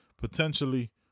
potentially